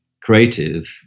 creative